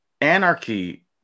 anarchy